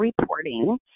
reporting